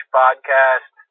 podcast